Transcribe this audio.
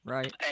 Right